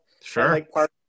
Sure